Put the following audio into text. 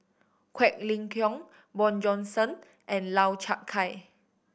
Quek Ling Kiong Bjorn Shen and Lau Chiap Khai